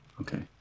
okay